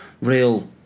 real